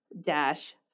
dash